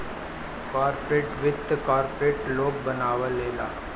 corporate वित्त corporate लोग बनावेला